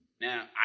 Now